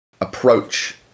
approach